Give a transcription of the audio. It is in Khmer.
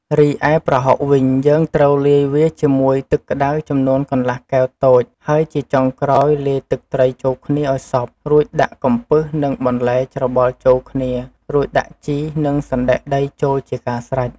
រីឯប្រហុកវិញ យើងត្រូវលាយវាជាមួយទឹកក្តៅចំនួនកន្លះកែវតូច ហើយជាចុងក្រោយលាយទឹកត្រីចូលគ្នាឱ្យសព្វ រួចដាក់កំពឹសនិងបន្លែច្របល់ចូលគ្នា រួចដាក់ជី និងសណ្ដែកដីចូលជាការស្រេច។